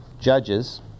Judges